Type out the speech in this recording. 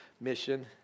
mission